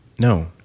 No